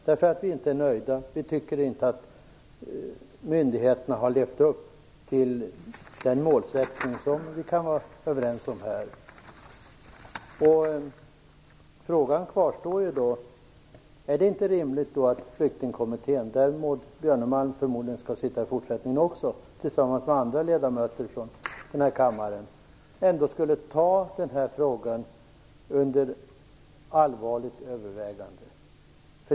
Vi är inte nöjda, och vi tycker inte att myndigheterna har levt upp till den målsättning som vi kan vara överens om här. Frågan kvarstår: Är det inte rimligt att Flyktingkommittén - där Maud Björnemalm förmodligen kommer att sitta tillsammans med andra ledamöter från denna kammare även i fortsättningen - ändå skall ta denna fråga under allvarligt övervägande?